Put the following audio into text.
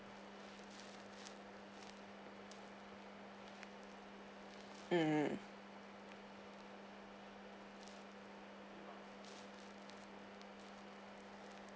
mm